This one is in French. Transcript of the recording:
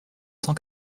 cent